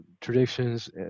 traditions